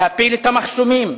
להפיל את המחסומים,